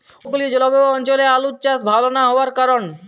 উপকূলীয় জলবায়ু অঞ্চলে আলুর চাষ ভাল না হওয়ার কারণ?